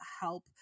help